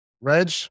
Reg